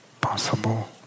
possible